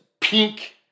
pink